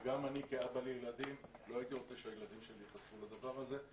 וגם אני כאבא לילדים לא הייתי רוצה שהילדים שלי ייחשפו לדבר הזה.